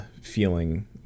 Feeling